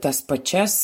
tas pačias